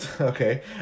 Okay